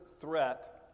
threat